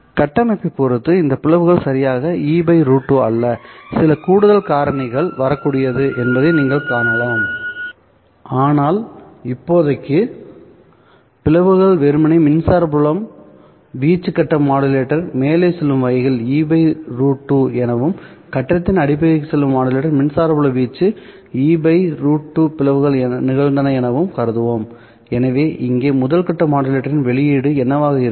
கட்டமைப்பைப் பொறுத்து இந்த பிளவுகள் சரியாக E¿ √2 அல்ல சில கூடுதல் கட்ட காரணிகள் வரக்கூடியது என்பதை நீங்கள் காணலாம்ஆனால் இப்போதைக்கு பிளவுகள் வெறுமனே மின்சார புலம் வீச்சு கட்ட மாடுலேட்டர் மேலே செல்லும் வகையில் E¿ √2 எனவும்கட்டத்தின் அடிப்பகுதிக்கு செல்லும் மாடுலேட்டர் மின்சார புலம் வீச்சு isE¿ √2 பிளவுகள் நிகழ்ந்தன எனவும் கருதுவோம் எனவே இங்கே முதல் கட்ட மாடுலேட்டரின் வெளியீடு என்னவாக இருக்கும்